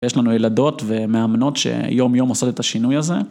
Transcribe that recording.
יש לנו ילדות ומאמנות שיום יום עושות את השינוי הזה.